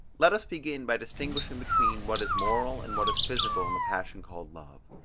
let us begin by distinguishing between what is moral and what is physical in the passion called love.